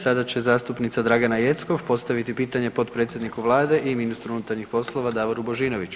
Sada će zastupnica Dragana Jeckov postaviti pitanje potpredsjedniku Vlade i ministru unutarnjih poslova Davoru Božinoviću.